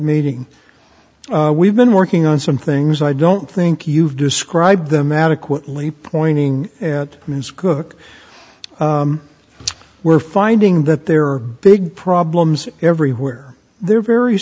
meeting we've been working on some things i don't think you've described them adequately pointing at me as cook we're finding that there are big problems everywhere they're very